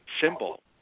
symbol